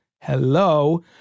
hello